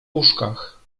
łóżkach